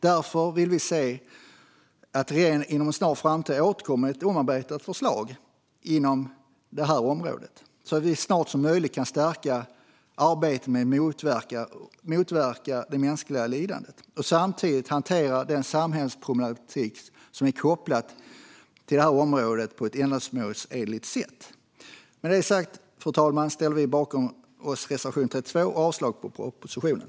Därför vill vi se att regeringen inom en snar framtid återkommer med ett omarbetat förslag inom detta område så att vi så snart som möjligt kan stärka arbetet med att motverka det mänskliga lidandet och samtidigt hantera den samhällsproblematik som är kopplad till området på ett ändamålsenligt sätt. Med detta sagt, fru talman, ställer vi oss bakom reservation 32 och yrkar avslag på propositionen.